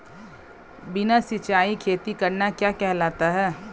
बिना सिंचाई खेती करना क्या कहलाता है?